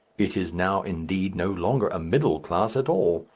it is now, indeed, no longer a middle class at all.